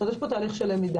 יש פה תהליך של למידה.